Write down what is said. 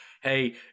hey